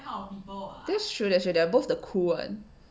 that's true that's true they're both the cool [one]